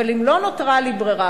אבל אם לא נותרה לי ברירה,